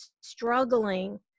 struggling